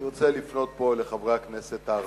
אני רוצה לפנות פה לחברי הכנסת הערבים.